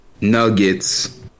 Nuggets